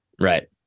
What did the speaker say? right